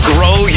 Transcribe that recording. Grow